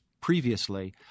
previously